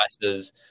devices